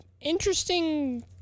interesting